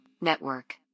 Network